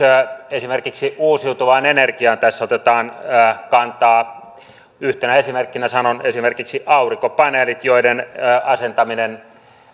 esimerkiksi uusiutuvaan energiaan tässä otetaan kantaa yhtenä esimerkkinä sanon esimerkiksi aurinkopaneelit joiden asentaminen